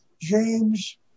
James